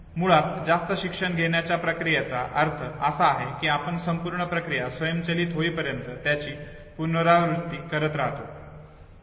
मुळात जास्त शिक्षण घेण्याच्या प्रक्रियेचा अर्थ असा आहे की आपण संपूर्ण प्रक्रिया स्वयंचलित होईपर्यंत त्याची पुनरावृत्ती करत राहतो ठीक आहे